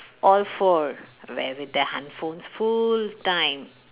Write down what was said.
all four wearing their handphones full time